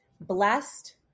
Blessed